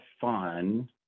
fun